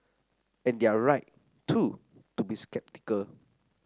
and they're right too to be sceptical